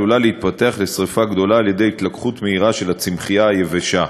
עלולה להתפתח לשרפה גדולה על-ידי התלקחות מהירה של הצמחייה היבשה.